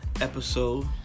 episode